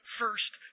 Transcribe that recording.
first